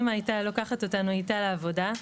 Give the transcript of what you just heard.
אמא הייתה לוקחת אותנו איתה לעבודה,